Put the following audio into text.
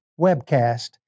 webcast